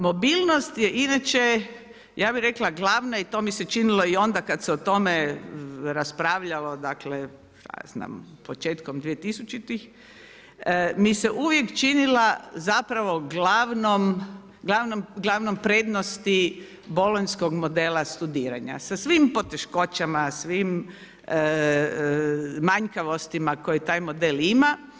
Mobilnost je inače, ja bih rekla glavna i to mi se činilo i onda kad se o tome raspravljalo dakle, šta ja znam, početkom 2000.-ih mi se uvijek činila zapravo glavnom prednosti bolonjskog modela studirana sa svim poteškoćama, svim manjkavostima koje taj model ima.